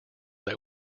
that